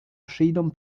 przyjdą